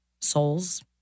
soul's